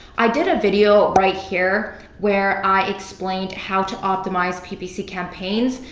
i did a video right here where i explain how to optimize ppc campaigns.